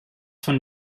von